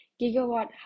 gigawatt